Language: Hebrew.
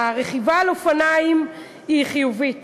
הרכיבה על אופניים היא חיובית